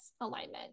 alignment